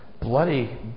bloody